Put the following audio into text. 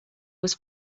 was